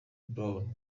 brown